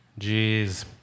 Jeez